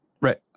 Right